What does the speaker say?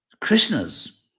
Krishna's